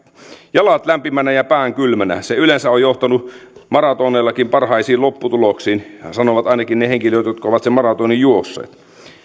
jalat lämpiminä ja pään kylmänä se yleensä on johtanut maratoonareillakin parhaisiin lopputuloksiin sanovat ainakin ne henkilöt jotka ovat sen maratonin juosseet